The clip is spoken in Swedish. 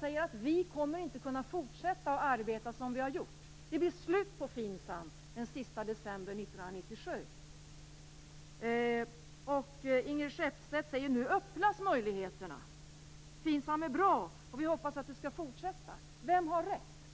säger att de inte kommer att kunna fortsätta att arbeta som de har gjort och att FINSAM är slut den sista december 1997. Men Ingrid Skeppstedt säger här att möjligheterna öppnas, att FINSAM är bra och att man hoppas att FINSAM skall fortsätta. Vem har rätt?